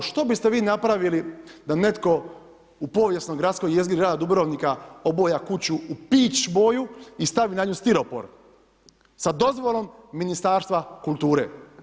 Što biste vi napravili da netko u povijesnoj gradskoj jezgri grada Dubrovnika oboja kuću u peach boju i stavi na nju stiropor sa dozvolom Ministarstva kulture?